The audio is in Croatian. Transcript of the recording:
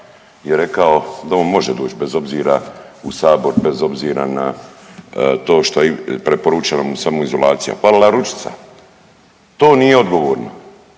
je rekao da on može doć bez obzira u sabor, bez obzira na to što preporučena mu samoizolacija. Falila ručica, to nije odgovorno.